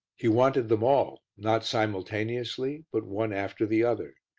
he wanted them all, not simultaneously but one after the other.